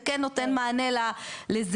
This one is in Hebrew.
זה כן נותן מענה לזה.